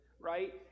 right